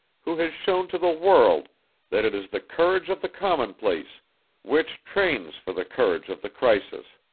who has shown to the world that it is the courage of the commonplace which trains for the courage of the crisis.